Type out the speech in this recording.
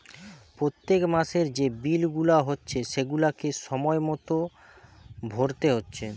পোত্তেক মাসের যে বিল গুলা হচ্ছে সেগুলাকে সময় মতো ভোরতে হচ্ছে